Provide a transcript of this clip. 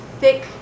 thick